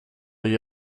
you